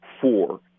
four